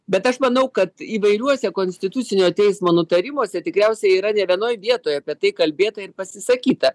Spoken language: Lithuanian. bet aš manau kad įvairiuose konstitucinio teismo nutarimuose tikriausiai yra ne vienoj vietoje apie tai kalbėta ir pasisakyta